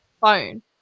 phone